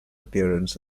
appearance